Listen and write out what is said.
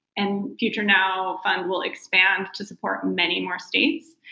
and future now fund will expand to support many more states.